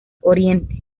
oriente